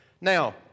Now